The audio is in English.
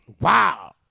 Wow